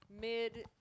mid